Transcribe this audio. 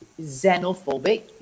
xenophobic